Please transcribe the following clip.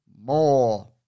more